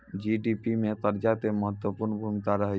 GDP मे कर्जा के महत्वपूर्ण भूमिका रहै छै